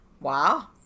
wow